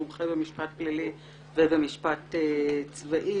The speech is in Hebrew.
מומחה במשפט פלילי ובמשפט צבאי,